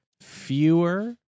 fewer